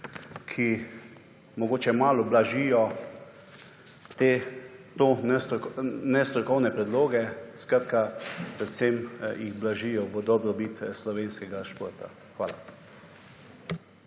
ki mogoče malo blažijo te nestrokovne predloge skratka predvsem jih blažijo v dobrobit slovenskega športa. Hvala.